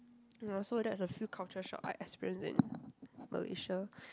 ya so that's a few culture shock I experience in Malaysia